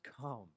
come